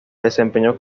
desempeñó